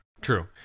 true